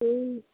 जी